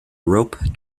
rope